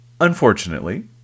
Unfortunately